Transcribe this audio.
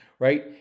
Right